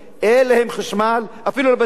אין להם חשמל, אפילו לבתי-הספר?